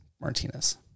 martinez